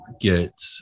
get